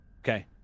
Okay